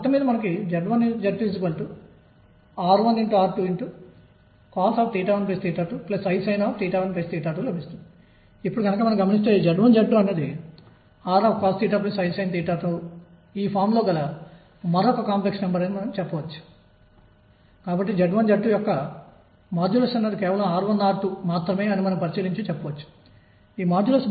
minus amplitude పరిమితి నుండి plus amplitude పరిమితి వరకు ఉంటుంది